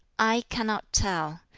i cannot tell.